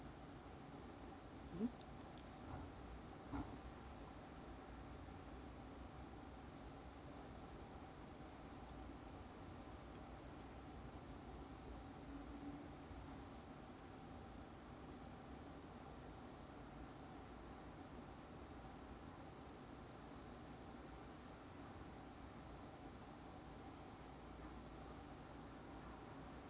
mm